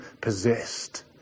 possessed